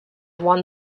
one